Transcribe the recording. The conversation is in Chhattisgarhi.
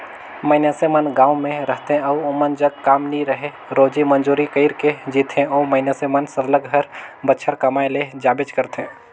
मइनसे मन गाँव में रहथें अउ ओमन जग काम नी रहें रोजी मंजूरी कइर के जीथें ओ मइनसे मन सरलग हर बछर कमाए ले जाबेच करथे